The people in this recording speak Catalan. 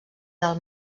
del